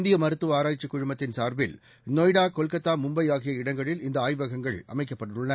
இந்தியமருத்துவஆராய்ச்சிகுழுமத்தின் சார்பில் நொய்டா கொல்கத்தா மும்பைஆகிய இடங்களில் இந்த ஆய்வகங்கள் அமைக்கப்பட்டுள்ளன